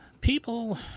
People